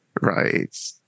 Right